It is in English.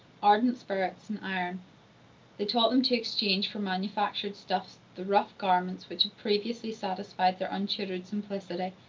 ardent spirits, and iron they taught them to exchange for manufactured stuffs, the rough garments which had previously satisfied their untutored simplicity.